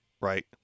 right